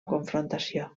confrontació